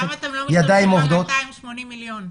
למה אתם לא לוקחים מה-280 מיליון?